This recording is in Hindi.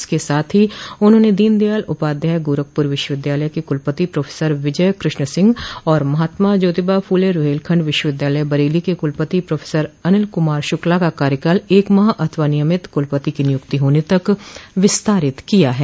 इसके साथ ही उन्होंने दीन दयाल उपाध्याय गोरखपुर विश्वविद्यालय के कुलपति प्रोफेसर विजय कृष्ण सिंह और महात्मा ज्योतिबाफूले रूहेलखंड विश्वविद्यालय बरेली के कुलपति प्रोफेसर अनिल कुमार श्रक्ला का कार्यकाल एक माह अथवा नियमित कुलपति की नियुक्ति होने तक विस्तारित कर दिया है